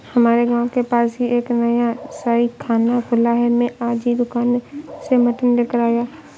हमारे गांव के पास ही एक नया कसाईखाना खुला है मैं आज ही दुकान से मटन लेकर आया